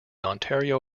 ontario